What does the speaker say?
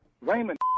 Raymond